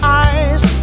eyes